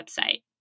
website